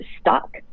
stuck